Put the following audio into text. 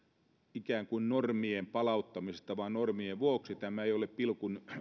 ikään kuin normien palauttamisesta vain normien vuoksi tämä ei ole pilkun